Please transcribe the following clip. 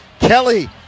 Kelly